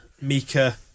Mika